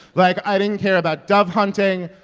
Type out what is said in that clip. like, i didn't care about dove hunting.